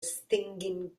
stinging